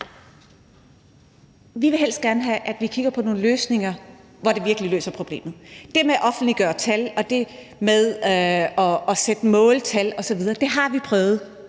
Vi vil helst have, at vi kigger på nogle løsninger, der virkelig løser problemet. Det med at offentliggøre tal, sætte måltal osv., har vi prøvet